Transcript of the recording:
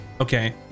okay